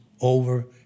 over